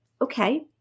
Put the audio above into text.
okay